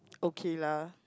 okay lah